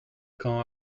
quand